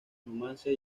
numancia